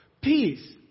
peace